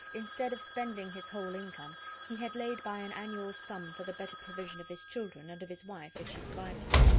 instead of spending his whole income, he had laid by an annual sum for the better provision of his children, and of his wife, if she survived him.